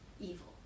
evil